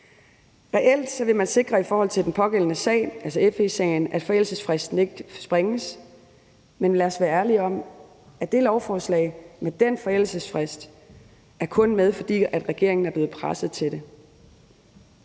Reelt vil man i forhold til den pågældende sag, altså FE-sagen, sikre, at forældelsesfristen ikke sprænges, men lad os være ærlige om, at det lovforslag med den forældelsesfrist kun kommer, fordi regeringen er blevet presset til det